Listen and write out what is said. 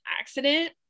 accident